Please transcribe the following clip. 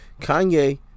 Kanye